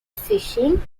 fishing